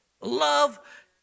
love